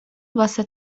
واسه